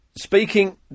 speaking